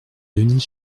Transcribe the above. denis